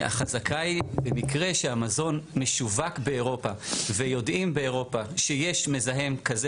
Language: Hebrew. החזקה היא במקרה שהמזון משווק באירופה ויודעים באירופה שיש מזהם כזה,